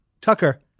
Tucker